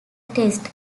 test